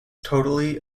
totally